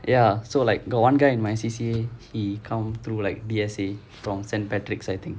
ya so like got one guy in my C_C_A he come through like D_S_A from saint patrick's I think